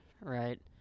right